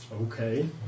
Okay